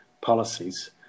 policies